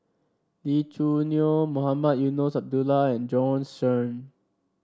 Lee Choo Neo Mohamed Eunos Abdullah and Bjorn Shen